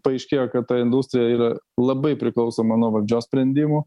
paaiškėjo kad ta industrija yra labai priklausoma nuo valdžios sprendimų